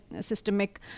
systemic